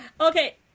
okay